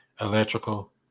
electrical